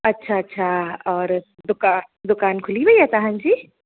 अच्छा अच्छा और दुकानु दुकानु खुली वई आहे तव्हांजी